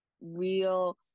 real